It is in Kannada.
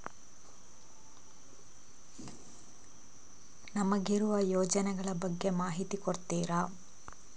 ನಮಗಿರುವ ಯೋಜನೆಗಳ ಬಗ್ಗೆ ಮಾಹಿತಿ ಕೊಡ್ತೀರಾ?